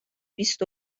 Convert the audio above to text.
بیست